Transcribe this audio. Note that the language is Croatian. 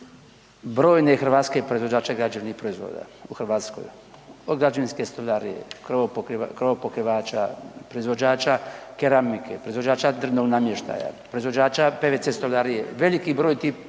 brojne hrvatske proizvođače građevnih proizvoda u Hrvatskoj, od građevinske stolarije, krovopokrivača, proizvođača keramike, proizvođača državnog namještaja, proizvođača PVC stolarije, veliki broj takvih